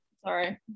sorry